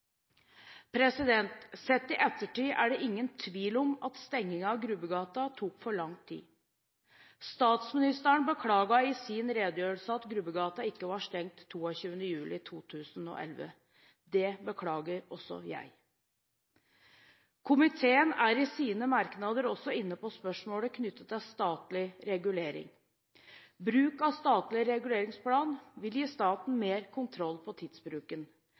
Sett i ettertid er det ingen tvil om at stengingen av Grubbegata tok for lang tid. Statsministeren beklaget i sin redegjørelse at Grubbegata ikke var stengt 22. juli 2011. Det beklager også jeg. Komiteen er i sine merknader også inne på spørsmålet knyttet til statlig regulering. Bruk av statlig reguleringsplan vil gi staten mer kontroll på tidsbruken.